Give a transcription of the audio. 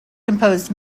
composed